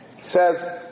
says